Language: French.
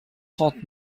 trente